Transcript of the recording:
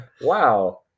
Wow